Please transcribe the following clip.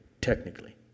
technically